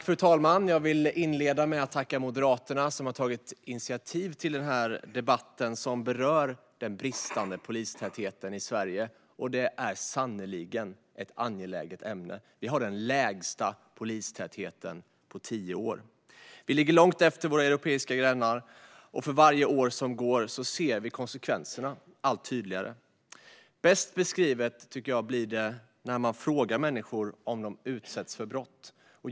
Fru talman! Jag vill inleda med att tacka Moderaterna, som har tagit initiativ till denna debatt, som berör den bristande polistätheten i Sverige. Det är sannerligen ett angeläget ämne, för vi har den lägsta polistätheten på tio år. Sverige ligger långt efter våra europeiska grannar, och för varje år som går ser vi konsekvenserna allt tydligare. Bäst beskrivet tycker jag att det blir när man frågar människor om de utsätts för brott.